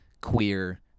queer